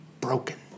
broken